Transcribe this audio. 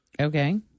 Okay